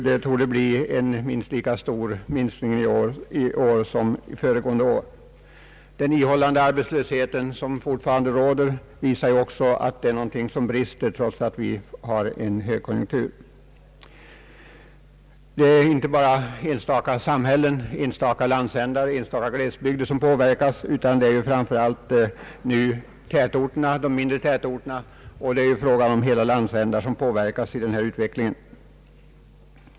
Det torde bli minst lika stor minskning i år som föregående år. Den ihållande arbetslöshet som fortfarande råder trots att vi har högkonjunktur i landet visar också att det är någonting som brister. Det är inte bara enstaka områden och glesbygder som påverkas, utan det är framför allt de mindre tätorterna och hela landsändar som påverkas av denna utveckling.